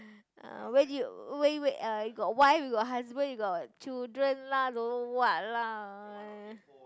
uh where did you where where you got wife you got husband you got children lah don't know what lah